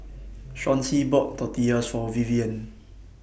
Chauncy bought Tortillas For Vivienne